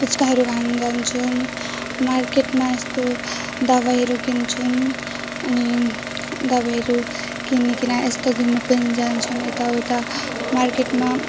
पुच्काहरू खान जान्छौँ मार्केटमा यस्तो दबाईहरू किन्छौँ अनि दबाईहरू किनिकन यस्तो घुम्नु पनि जान्छौँ यताउता मार्केटमा